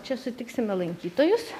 čia sutiksime lankytojus